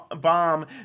bomb